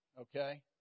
Okay